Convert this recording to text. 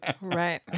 Right